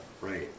right